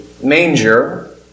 manger